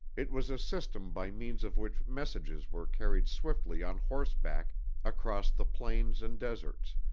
it was a system by means of which messages were carried swiftly on horseback across the plains and deserts,